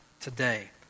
today